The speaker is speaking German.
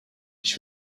ich